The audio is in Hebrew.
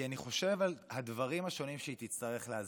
כי אני חושב על הדברים השונים שהיא תצטרך להסביר.